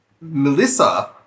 Melissa